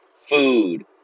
Food